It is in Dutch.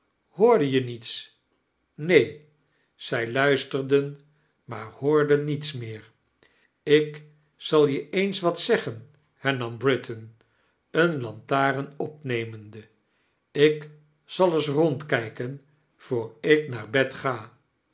hoorde je niets neen zij luistea-dem maar hoorden niets mew ik zal je eens wat zeggen heirnam britain eene lantaarai opnemende ik zal eens rondkijken voor ik naar bed ga